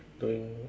doing